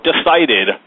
decided